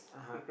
(uh huh)